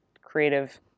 creative